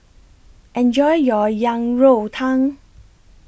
Enjoy your Yang Rou Tang